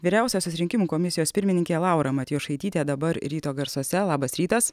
vyriausiosios rinkimų komisijos pirmininkė laura matjošaitytė dabar ryto garsuose labas rytas